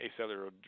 acellular